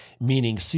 meaning